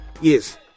Yes